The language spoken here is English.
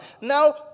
Now